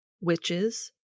witches